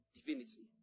divinity